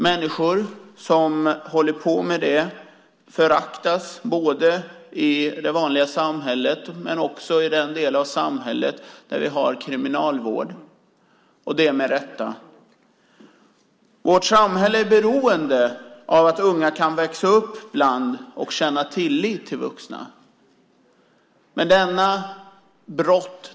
Människor som håller på med det föraktas både i det vanliga samhället och i den del av samhället där vi har kriminalvård - det med rätta. Vårt samhälle är beroende av att unga kan växa upp bland och känna tillit till vuxna.